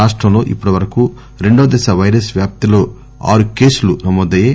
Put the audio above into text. రాష్టంలో ఇప్పటివరకూ రెండోదశ వైరస్ వ్యాప్తిలో ఆరు కేసులు నమోదయ్యాయి